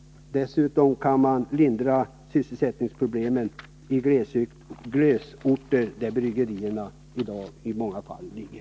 Dessutom kan man lindra sysselsättningsproblemen i glesbygdsorter, där bryggerierna i dag i många fall ligger.